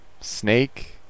snake